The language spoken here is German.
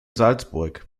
salzburg